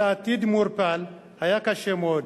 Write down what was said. אל עתיד מעורפל, היה קשה מאוד.